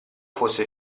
fosse